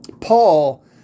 Paul